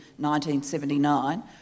1979